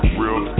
real